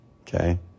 Okay